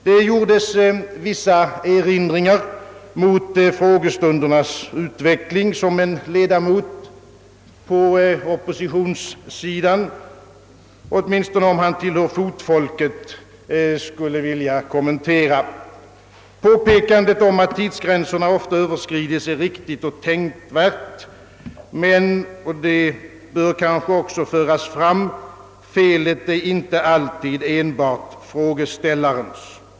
Det gjordes vissa erinringar mot frågestundernas utveckling, som en ledamot på oppositionssidan åtminstone om han tillhör fotfolket — skulle vilja kommentera. Påpekandet om att tidsgränserna ofta öÖöverskridits är riktigt och tänkvärt, men — och det bör också föras fram — felet är inte alltid enbart frågeställarens.